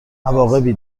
عواقبی